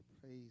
Praise